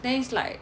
then it's like